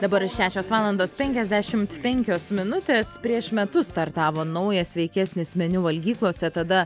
dabar šešios valandos penkiasdešimt penkios minutės prieš metus startavo naujas sveikesnis meniu valgyklose tada